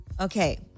Okay